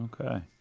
Okay